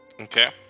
okay